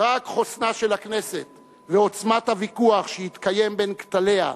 רק חוסנה של הכנסת ועוצמת הוויכוח שהתקיים בין כתליה,